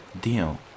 deal